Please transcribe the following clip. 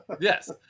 Yes